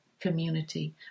community